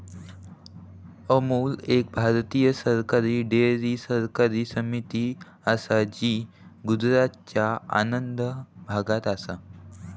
अमूल एक भारतीय सरकारी डेअरी सहकारी समिती असा जी गुजरातच्या आणंद भागात असा